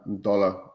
dollar